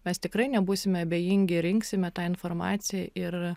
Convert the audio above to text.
mes tikrai nebūsime abejingi rinksime tą informaciją ir